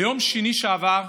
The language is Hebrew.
ביום שני שעבר,